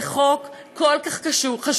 זה חוק כל כך חשוב,